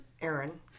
Aaron